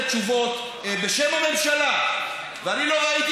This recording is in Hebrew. תני דוגמה אחת, מירב, שבה היא העירה